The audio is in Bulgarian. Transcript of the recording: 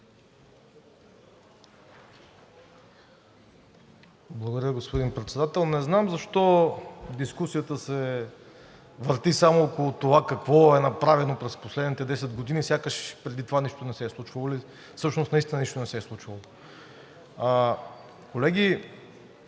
Благодаря, господин Председател. Не знам защо дискусията се върти само около това какво е направено през последните 10 години сякаш преди това нищо не се е случвало